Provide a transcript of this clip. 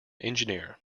engineer